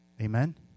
Amen